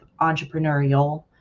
entrepreneurial